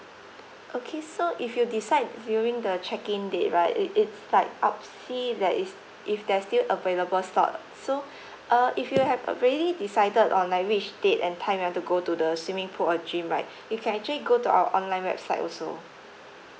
okay so if you decide viewing the checking date right it it's like I'll see that is if there are still available slot so uh if you have already decided on like which date and time you want to go to the swimming pool or gym right you can actually go to our online website also